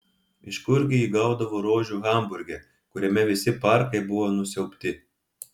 iš kurgi ji gaudavo rožių hamburge kuriame visi parkai buvo nusiaubti